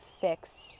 fix